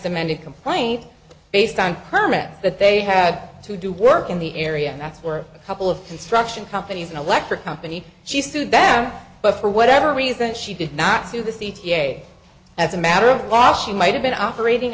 amended complaint based on her met that they had to do work in the area and that's were a couple of construction companies and electric company she sued them but for whatever reason she did not sue the c t a as a matter of law she might have been operating